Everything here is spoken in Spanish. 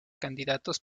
candidatos